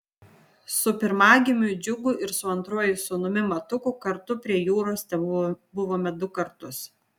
su pirmagimiu džiugu ir su antruoju sūnumi matuku kartu prie jūros tebuvome du kartus